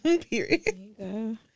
Period